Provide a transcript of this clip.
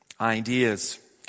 ideas